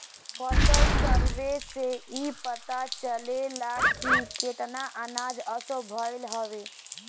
फसल सर्वे से इ पता चलेला की केतना अनाज असो भईल हवे